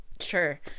sure